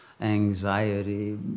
anxiety